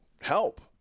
help